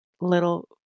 little